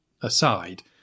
aside